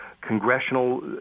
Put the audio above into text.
congressional